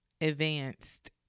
advanced